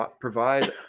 provide